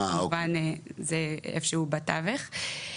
זה איפשהו בתווך.